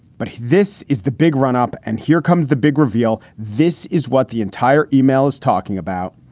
but this is the big run up. and here comes the big reveal. this is what the entire email is talking about.